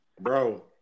bro